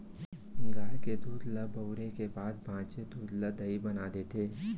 गाय के दूद ल बउरे के बाद बॉंचे दूद ल दही बना देथे